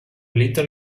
little